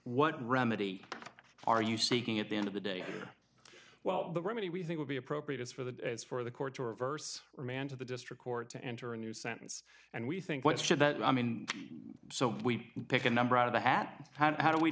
what remedy are you seeking at the end of the day well the remedy we think would be appropriate is for the as for the court to reverse remand to the district court to enter a new sentence and we think what should that i mean so we pick a number out of the hat how do we